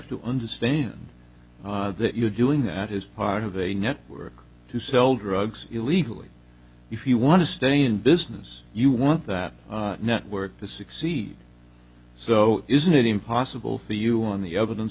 to understand that you're doing that as part of a network to sell drugs illegally if you want to stay in business you want that network to succeed so isn't it impossible for you on the evidence